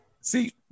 see